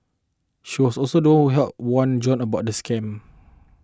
she was also the one who helped warn John about the scam